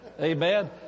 amen